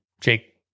Jake